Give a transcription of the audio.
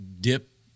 dip